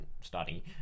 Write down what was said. study